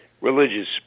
religious